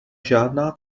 žádná